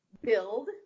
build